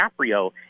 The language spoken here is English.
DiCaprio